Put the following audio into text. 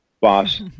boss